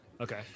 Okay